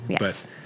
Yes